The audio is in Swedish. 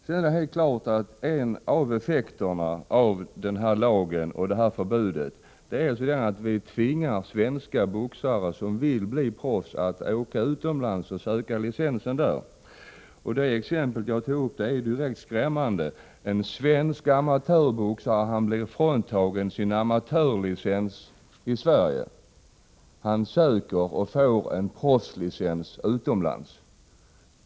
Det är helt klart att en av effekterna av den här lagen och det här förbudet är att vi tvingar svenska boxare som vill bli proffs att åka utomlands och söka licensen där. Det exempel jag tog upp är ju direkt skrämmande. En svensk amatörboxare blir fråntagen sin amatörlicens i Sverige. Han söker och får en proffslicens utomlands.